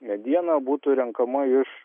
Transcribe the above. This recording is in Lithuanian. mediena būtų renkama iš